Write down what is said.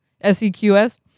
S-E-Q-S